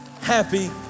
happy